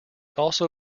also